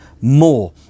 more